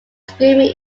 screaming